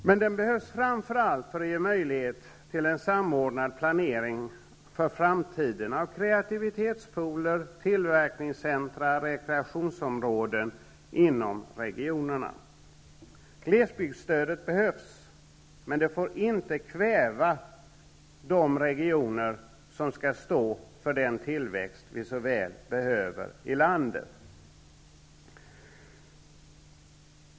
Men den behövs framför allt för att ge möjlighet till en samordnad planering för framtiden av kreativitetspooler, tillverkningscentra och rekreationsområden inom regionerna. Glesbygdsstödet behövs, men det får inte kväva de regioner som skall stå för den tillväxt vi så väl behöver i landet.